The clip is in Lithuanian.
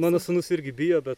mano sūnus irgi bijo bet